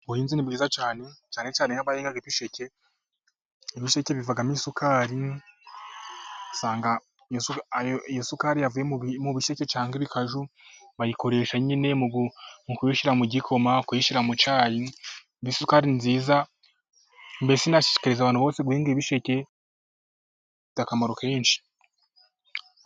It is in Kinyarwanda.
Ubuhinzi ni bwiza cyane, cyane cyane nk' abahinga ibisheke. Bivamo isukari, isukari yo mu bisheke cyangwa ibikaju bayikoresha nyine mu kuyishyira mu gikoma, kuyishyira mu cyayi, ni isukari nziza, mbese nashishikariza abantu bose guhinga ibisheke, bifite akamaro kenshi.